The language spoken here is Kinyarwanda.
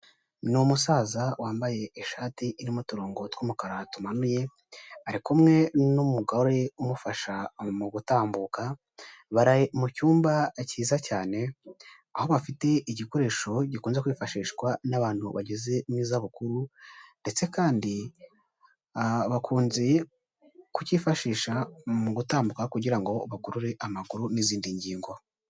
Ni umusaza wambaye ishati irimo uturongo tw'umukara tumanuye, ari kumwe n'umugore umufasha mu gutambuka, baraye mu cyumba cyiza cyane aho bafite igikoresho gikunze kwifashishwa n'abantu bageze mu za bukuru, ndetse kandi bakunze kukifashisha mu gutambuka kugira ngo bagorore amaguru n'izindi ngingo.